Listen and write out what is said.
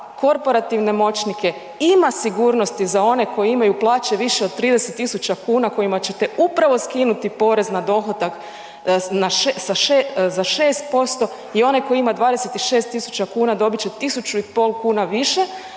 korporativne moćnike, ima sigurnosti za one koji imaju plaće više od 30 000 kn kojima ćete upravo skinuti porez na dohodak za 6% i onaj koji ima 26 000 dobit će 1500 kn više,